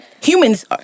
Humans